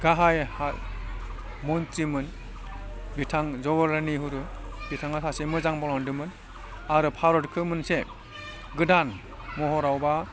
गाहाइ हा मन्थ्रिमोन बिथां जवाहरलाल नेहरु बिथाङा सासे मोजां मावलांदोंमोन आरो भारतखौ मोनसे गोदान महराव बा